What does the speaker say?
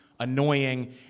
Annoying